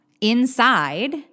inside